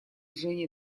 женя